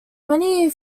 many